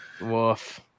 Woof